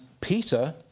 Peter